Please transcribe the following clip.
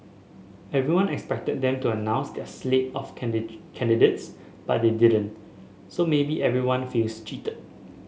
everyone expected them to announce their slate of candidates but they didn't so maybe everyone feels cheated